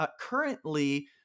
Currently